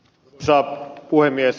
arvoisa puhemies